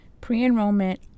Pre-enrollment